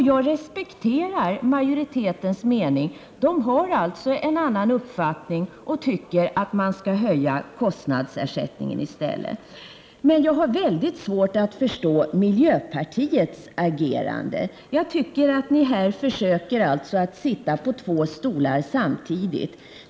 Jag respekterar majoritetens mening. Majoriteten har en annan uppfattning än vi och tycker att man skall höja kostnadsersättningen. Men jag har väldigt svårt att förstå miljöpartiets agerande. Jag tycker att ni här försöker sitta på två stolar samtidigt.